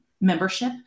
membership